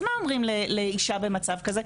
אז מה אומרים לאישה במצב כזה?